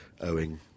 owing